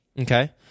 Okay